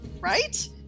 Right